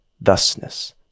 thusness